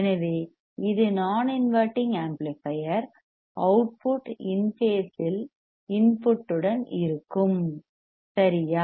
எனவே இது நான் இன்வெர்ட்டிங் ஆம்ப்ளிபையர் அவுட்புட் இன் பேஸ் இல் இன்புட் உடன் இருக்கும் சரியா